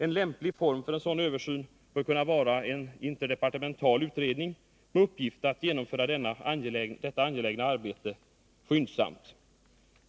En lämplig form för en sådan översyn bör kunna vara en interdepartemental utredning med uppgift att skyndsamt genomföra detta angelägna arbete.